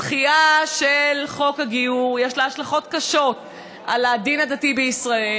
לדחייה של חוק הגיור יש השלכות קשות על הדין הדתי בישראל